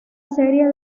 serie